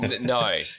No